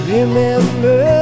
Remember